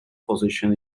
position